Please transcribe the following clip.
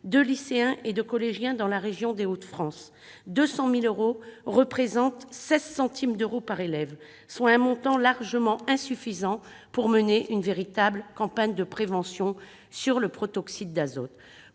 de lycéens et collégiens dans la région des Hauts-de-France, 200 000 euros, c'est 16 centimes d'euro par élève ! Un tel montant est largement insuffisant pour mener une véritable campagne de prévention sur le protoxyde d'azote.